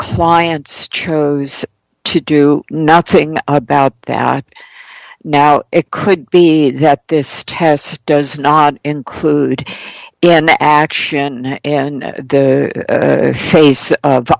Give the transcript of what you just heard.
clients chose to do nothing about that now it could be that this test does not include the action and the case